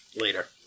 later